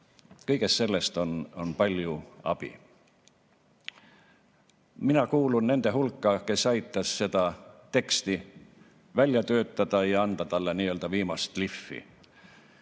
Kõigest sellest on palju abi. Mina kuulun nende hulka, kes aitas seda teksti välja töötada ja anda talle viimast lihvi.